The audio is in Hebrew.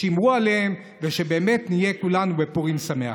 שמרו עליהם, ושבאמת נהיה כולנו בפורים שמח.